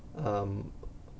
um